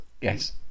Yes